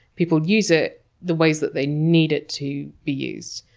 people use it the ways that they need it to be used.